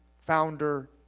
founder